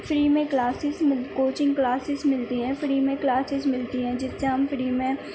free میں classes مل coaching classes ملتی ہیں فری میں کلاسیز ملتی ہیں جس سے ہم فری میں